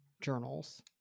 journals